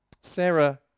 Sarah